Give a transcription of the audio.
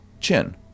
chin